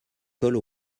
colle